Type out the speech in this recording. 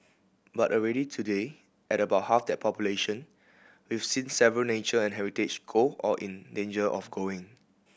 but already today at about half that population we've seen several nature and heritage go or in danger of going